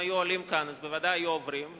אם הם היו עולים כאן אז בוודאי היו עוברים,